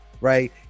right